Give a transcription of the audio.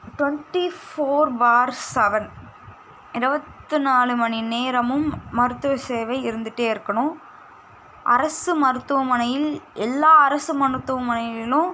twenty four by seven இருபத்து நாலு மணி நேரமும் மருத்துவ சேவை இருந்துகிட்டே இருக்கணும் அரசு மருத்துவமனையில் எல்லா அரசு மருத்துவமனைகளிலும்